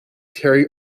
terry